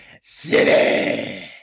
city